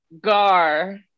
Gar